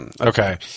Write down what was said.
Okay